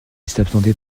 s’absentait